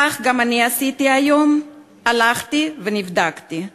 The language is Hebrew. כך גם אני עשיתי היום: הלכתי ונבדקתי.